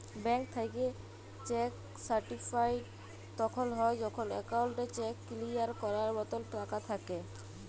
bank থ্যাইকে চ্যাক সার্টিফাইড তখল হ্যয় যখল একাউল্টে চ্যাক কিলিয়ার ক্যরার মতল টাকা থ্যাকে